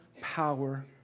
power